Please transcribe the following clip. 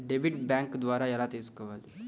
Debit bank ద్వారా ఎలా తీసుకోవాలి?